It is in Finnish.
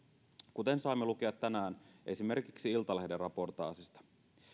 kuten saimme lukea tänään esimerkiksi iltalehden raportaasista